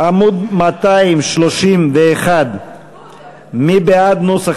עמוד 231. מי בעד נוסח